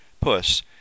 Puss